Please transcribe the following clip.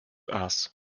ass